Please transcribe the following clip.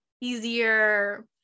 easier